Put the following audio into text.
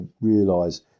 realise